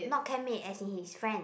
not camp mates actually is friends